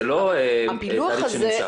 זה לא תהליך שנמשך.